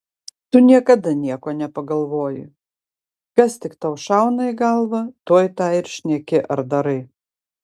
tu niekada nieko nepagalvoji kas tik tau šauna į galvą tuoj tą ir šneki ar darai